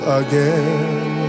again